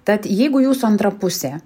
tad jeigu jūsų antra pusė